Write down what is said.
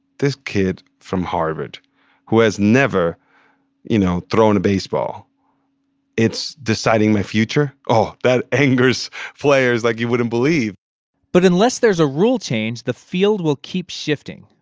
this kid from harvard who has never you know thrown a baseball is deciding my future? oh, that angers players like you wouldn't believe but unless there's a rule change, the field will keep shifting.